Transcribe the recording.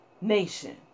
nation